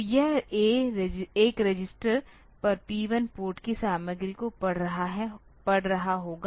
तो यह एक रजिस्टर पर P1 पोर्ट की सामग्री को पढ़ रहा होगा